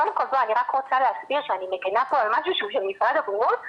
אני רק רוצה להזכיר שאני מגנה פה על משהו שהוא של משרד הבריאות,